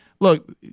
look